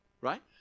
Right